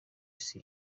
isi